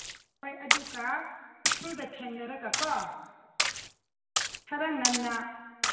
ꯍꯣꯏ ꯑꯗꯨꯒ ꯎꯈ꯭ꯔꯨꯜꯗ ꯊꯦꯡꯅꯔꯒꯀꯣ ꯈꯔ ꯉꯟꯅ